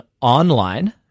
online